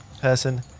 person